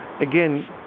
again